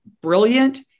brilliant